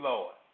Lord